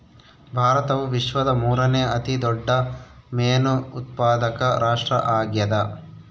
ಭಾರತವು ವಿಶ್ವದ ಮೂರನೇ ಅತಿ ದೊಡ್ಡ ಮೇನು ಉತ್ಪಾದಕ ರಾಷ್ಟ್ರ ಆಗ್ಯದ